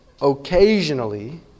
occasionally